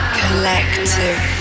collective